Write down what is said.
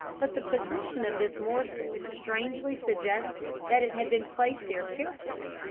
but the position of this morsel strangely suggested that it had been placed there carefully,